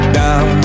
down